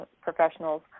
professionals